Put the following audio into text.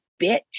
bitch